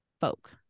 folk